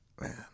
Man